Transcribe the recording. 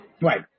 Right